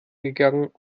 gegangen